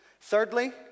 Thirdly